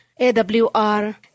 AWR